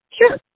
Sure